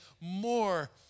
more